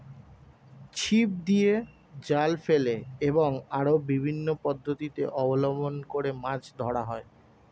ছিপ দিয়ে, জাল ফেলে এবং আরো বিভিন্ন পদ্ধতি অবলম্বন করে মাছ ধরা হয়